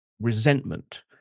resentment